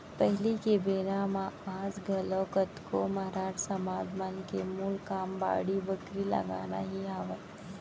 पहिली के बेरा म आज घलोक कतको मरार समाज मन के मूल काम बाड़ी बखरी लगाना ही हावय